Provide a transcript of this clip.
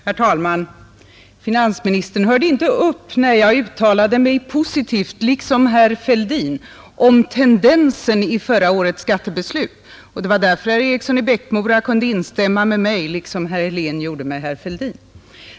Herr talman! Finansministern hörde inte upp när jag uttalade mig positivt, liksom herr Fälldin, om tendensen i förra årets skattebeslut — det var därför herr Eriksson i Bäckmora kunde instämma med mig, liksom herr Helén gjorde med herr Fälldin.